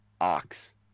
ox